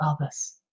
others